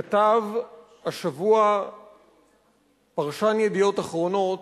כתב השבוע פרשן "ידיעות אחרונות"